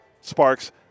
sparks